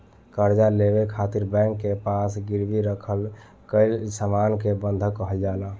कर्जा लेवे खातिर बैंक के पास गिरवी रखल गईल सामान के बंधक कहल जाला